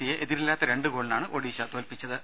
സിയെ എതിരില്ലാത്ത രണ്ട് ഗോളിനാണ് ഒഡീഷ്യ തോൽപിച്ചത്